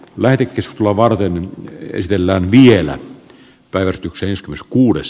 medicis lavarden esitellään vielä päivystykseen s kuudes